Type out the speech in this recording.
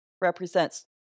represents